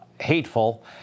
hateful